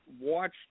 watched